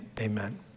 Amen